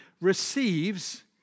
receives